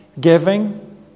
giving